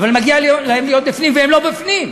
אבל מגיע להם להיות בפנים והם לא בפנים.